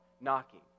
knocking